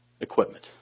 equipment